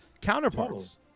Counterparts